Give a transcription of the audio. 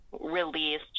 released